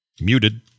Muted